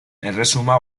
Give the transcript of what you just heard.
erresuma